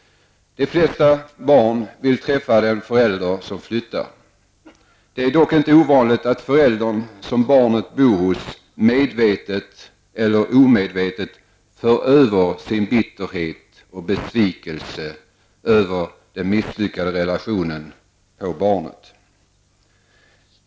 De flesta barn vill träffa den förälder som flyttar. Det är dock inte ovanligt att den förälder som barnet bor hos medvetet eller omedvetet för över sin bitterhet och besvikelse över den misslyckade relationen på barnet.